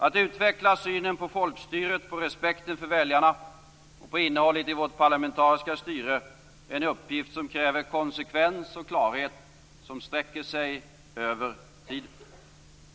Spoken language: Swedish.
Att utveckla synen på folkstyret, respekten för väljarna och innehållet i vårt parlamentariska styre är en uppgift som kräver konsekvens och klarhet och som sträcker sig över tiden.